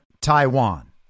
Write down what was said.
Taiwan